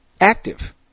active